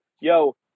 Yo